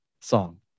song